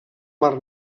mar